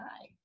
hi